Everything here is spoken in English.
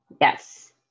Yes